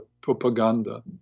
propaganda